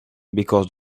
because